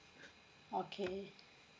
okay